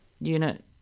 unit